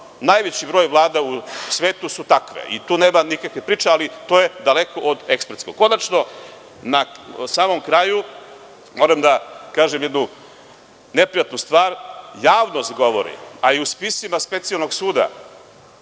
Najveći broj vlada u svetu su takve i tu nema nikakve priče, ali to je daleko od ekspertskog. Na samom kraju, moram da kažem jednu neprijatnu stvar, javnost govori, a i u spisima Specijalnog suda